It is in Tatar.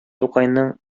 тукайның